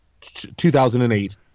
2008